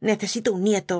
necesito un nieto